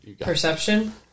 Perception